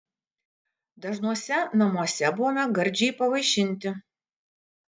dažnuose namuose buvome gardžiai pavaišinti